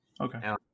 Okay